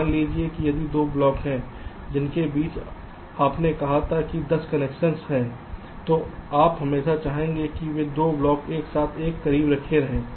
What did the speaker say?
मान लीजिए कि यदि 2 ब्लॉक हैं जिनके बीच आपने कहा था कि 10 कनेक्शन हैं तो आप हमेशा चाहेंगे कि वे 2 ब्लॉक एक साथ एक साथ करीब रहें